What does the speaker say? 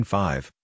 five